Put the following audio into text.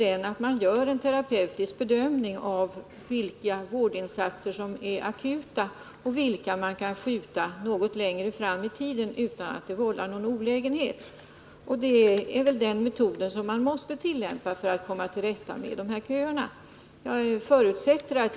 En terapeutisk bedömning görs av vilka vårdinsatser som är akuta och vilka som kan skjutas något längre fram i tiden utan att det vållar olägenheter. Det är den metoden man måste tillämpa för att komma till rätta med köerna.